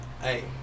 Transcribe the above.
hey